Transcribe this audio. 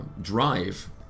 drive